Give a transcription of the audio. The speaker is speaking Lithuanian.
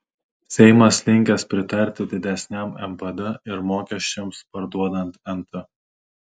seimas linkęs pritarti didesniam npd ir mokesčiams parduodant nt